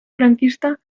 franquista